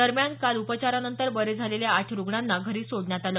दरम्यान काल उपचारानंतर बरे झालेल्या आठ रुग्णांना घरी सोडण्यात आलं